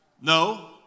No